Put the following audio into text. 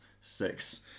six